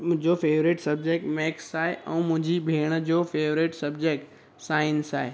मुंहिंजो favourite subject maths आहे ऐं मुंहिंजी भेण जो फेवरेट सब्जैक्ट साइंस आहे